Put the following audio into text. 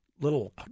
little